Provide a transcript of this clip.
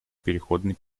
переходный